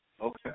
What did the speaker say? Okay